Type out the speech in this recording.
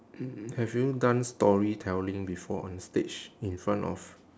mm have you done storytelling before onstage in front of